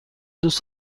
دوست